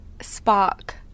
spark